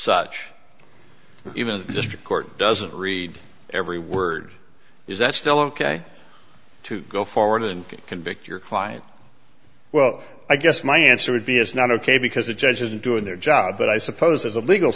such even the district court doesn't read every word is that still ok to go forward and convict your client well i guess my answer would be it's not ok because the judge isn't doing their job but i suppose as a legal